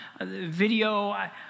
video